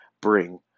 bring